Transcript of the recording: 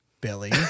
Billy